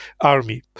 army